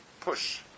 push